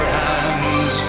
hands